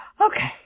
Okay